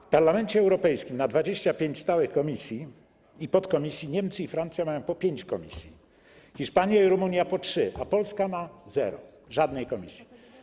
W Parlamencie Europejskim na 25 stałych komisji i podkomisji Niemcy i Francja mają po 5 komisji, Hiszpania i Rumunia po 3, a Polska ma zero, żadnej komisji.